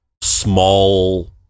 small